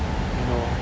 you know